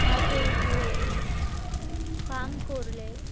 হাতল ধরেই পাম্প করলে